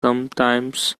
sometimes